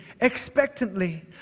expectantly